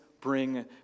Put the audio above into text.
bring